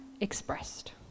expressed